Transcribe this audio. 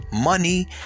money